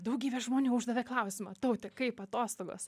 daugybė žmonių uždavė klausimą taute kaip atostogos